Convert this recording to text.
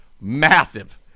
massive